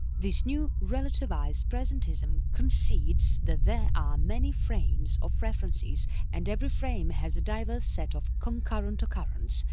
this new relativized presentism concedes that there are many frames of references and every frame has a diverse set of concurrent occurrence,